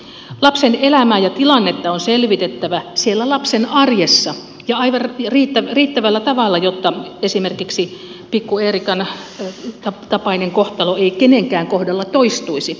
lapsen elämää ja tilannetta on selvitettävä siellä lapsen arjessa ja aivan riittävällä tavalla jotta esimerkiksi pikku eerikan tapainen kohtalo ei kenenkään kohdalla toistuisi